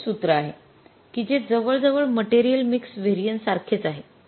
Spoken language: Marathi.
हा असे सूत्र आहे कि जे जवळजवळ मटेरियल मिक्स व्हेरिएन्सेस सारखेच आहे